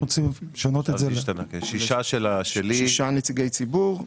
מדובר בשישה נציגי ציבור,